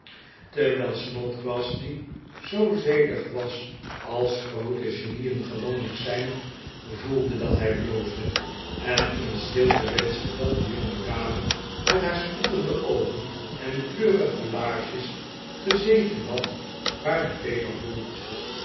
kan ovei klimmen die zoo zedig was als groote genieen gewoonlijk zijn voelde dat hij bloosde en in stilte wenschte dat de jongedame met haar spottende oogen en keurige laarsjes gezeten had waar de peper groeit